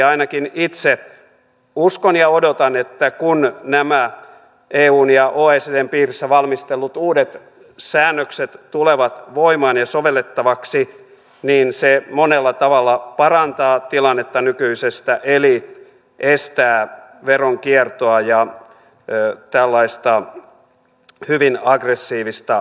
ainakin itse uskon ja odotan että kun nämä eun ja oecdn piirissä valmistellut uudet säännökset tulevat voimaan ja sovellettavaksi niin se monella tavalla parantaa tilannetta nykyisestä eli estää veronkiertoa ja tällaista hyvin aggressiivista verosuunnittelua